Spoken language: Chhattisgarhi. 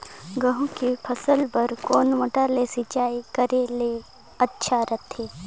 गहूं के फसल बार कोन मोटर ले सिंचाई करे ले अच्छा रथे?